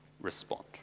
respond